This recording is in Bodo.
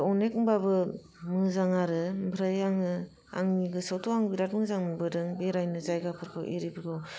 अनेक होनबाबो मोजां आरो ओमफ्राय आङो आंनि गोसोयावथ' आं बिराद मोजां मोनबोदों बेरायनो जायगाफोरखौ एरिफोरखौ